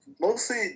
mostly